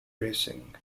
racing